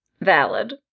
Valid